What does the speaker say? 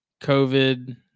covid